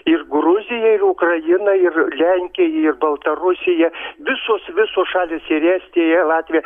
ir gruzija ir ukrainai ir lenkija ir baltarusija visos visos šalys ir estija ir latvija